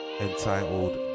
entitled